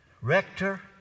rector